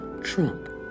trump